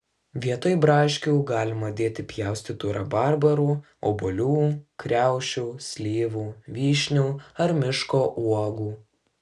vietoj braškių galima dėti pjaustytų rabarbarų obuolių kriaušių slyvų vyšnių ar miško uogų